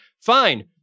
Fine